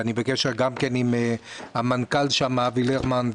ואני בקשר עם המנכ"ל עם אבי לרמן.